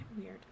weird